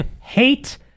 hate